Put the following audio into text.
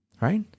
right